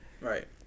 Right